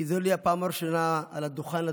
כי זו לי הפעם הראשונה על הדוכן הזה,